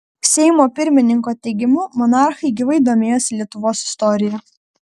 seimo pirmininko teigimu monarchai gyvai domėjosi lietuvos istorija